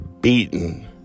beaten